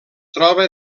troba